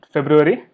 February